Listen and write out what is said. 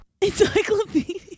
Encyclopedia